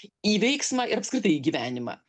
į veiksmą ir apskritai į gyvenimą